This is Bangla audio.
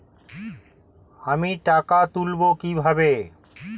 আমি টাকা তুলবো কি ভাবে?